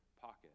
pocket